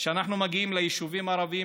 שאנחנו מגיעים ליישובים הערביים,